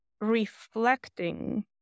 reflecting